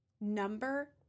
number